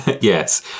Yes